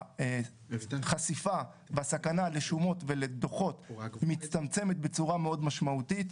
חשיפה בסכנה לשומות ולדוחות מצטמצמת בצורה מאוד משמעותית,